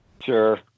Sure